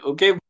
Okay